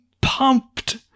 pumped